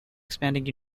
expanding